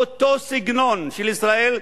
אותו סגנון של ישראל,